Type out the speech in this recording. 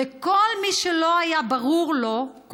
לכל מי שלא היה ברור לו,